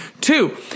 two